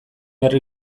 herri